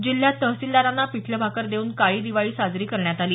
जिल्ह्यात तहसीलदारांना पिठलं भाकरं देऊन काळी दिवाळी साजरी करण्यात आली